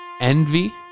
envy